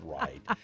right